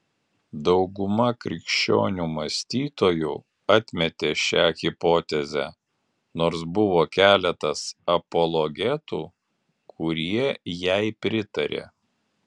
dauguma krikščionių mąstytojų atmetė šią hipotezę nors buvo keletas apologetų kurie jai pritarė